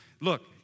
look